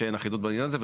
שאין אחידות בעניין הזה,